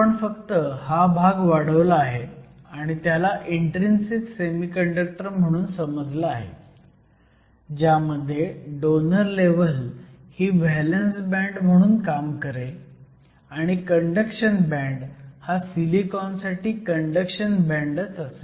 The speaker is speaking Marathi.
आपण फक्त हा भाग वाढवला आहे आणि त्याला इन्ट्रीन्सिक सेमीकंडक्टर म्हणून समजलं आहे ज्यामध्ये डोनर लेव्हल ही व्हॅलंस बँड म्हणून काम करेल आणि कंडक्शन बँड हा सिलिकॉनसाठी कंडक्शन बँडच असेल